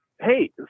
Hey